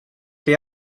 they